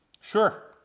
Sure